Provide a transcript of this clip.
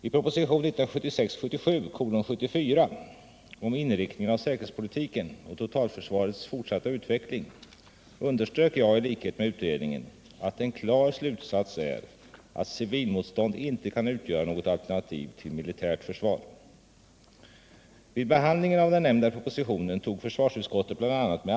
I propositionen 1976/77:74 om inriktningen av säkerhetspolitiken och totalförsvarets fortsatta utveckling underströk jag i likhet med utredningen att en klar slutsats är att civilmotstånd inte kan utgöra något alternativ till militärt försvar.